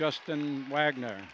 justin wagner